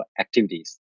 activities